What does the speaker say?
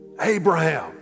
Abraham